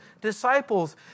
disciples